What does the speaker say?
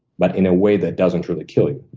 but in a way that doesn't really kill you.